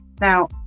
Now